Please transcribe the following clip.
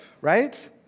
right